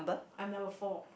I'm number four